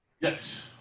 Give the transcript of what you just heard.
Yes